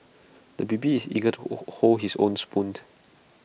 the baby is eager to hold his own spoon